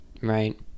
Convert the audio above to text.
right